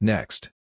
Next